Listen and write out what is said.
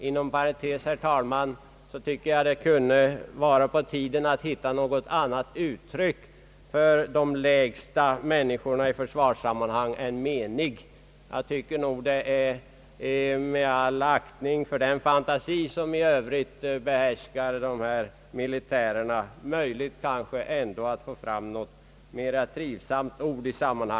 Inom parentes, herr talman, tycker jag nog att det kunde vara på tiden att hitta på något annat uttryck för de lägst ställda människorna i försvaret än menig. Med all aktning för den fantasi, som för övrigt ofta behärskar militärer, tycker jag att det bör vara möjligt att få fram ett mera trivsamt ord än menig.